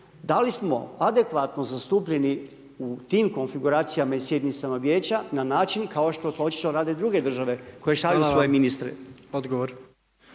da li smo adekvatno zastupljeni u tim konfiguracijama i sjednicama Vijeća na način kao što to očito rade druge države koje šalju svoje ministre?